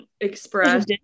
Express